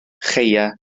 chaeau